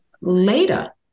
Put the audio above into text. later